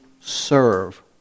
serve